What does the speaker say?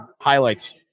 highlights